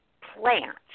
plant